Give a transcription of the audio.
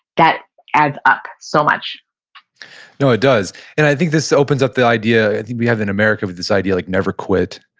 that adds up so much no, it does, and i think this opens up the idea i think we have in america, this idea like never quit.